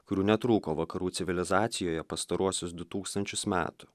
kurių netrūko vakarų civilizacijoje pastaruosius du tūkstančius metų